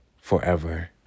forever